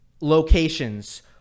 locations